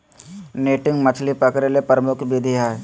netting मछली पकडे के प्रमुख विधि हइ